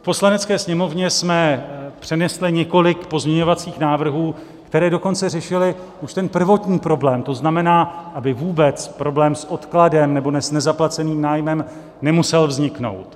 V Poslanecké sněmovně jsme přinesli několik pozměňovacích návrhů, které dokonce řešily už ten prvotní problém, to znamená, aby vůbec problém s odkladem nebo dnes nezaplaceným nájmem nemusel vzniknout.